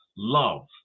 Love